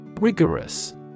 Rigorous